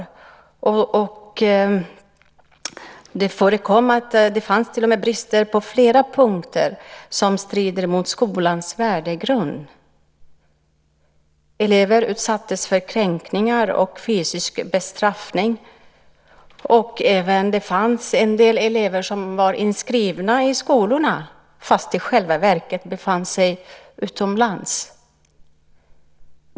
Det fanns brister på flera punkter som strider mot skolans värdegrund. Elever utsattes för kränkningar och fysisk bestraffning. Det fanns också elever som var inskrivna i skolorna fast de i själva verket befann sig utomlands.